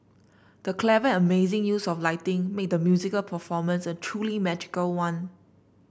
the clever and amazing use of lighting made the musical performance a truly magical one